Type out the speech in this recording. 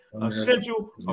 essential